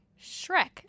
Shrek